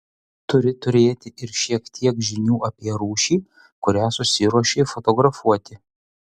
turi turėti ir šiek tiek žinių apie rūšį kurią susiruošei fotografuoti